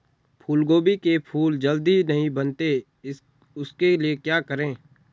फूलगोभी के फूल जल्दी नहीं बनते उसके लिए क्या करें?